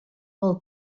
pel